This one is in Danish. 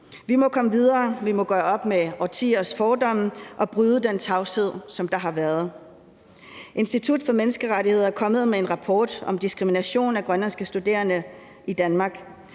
Vi må komme videre, vi må gøre op med årtiers fordomme og bryde den tavshed, som der har været. Institut for Menneskerettigheder er kommet med en rapport om diskrimination af grønlandske studerende i Danmark,